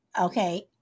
Okay